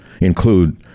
include